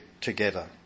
together